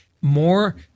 more